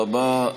תודה רבה.